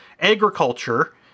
agriculture